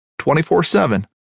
24-7